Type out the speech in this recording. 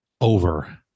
over